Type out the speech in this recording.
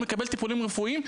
מקבל טיפולים רפואיים,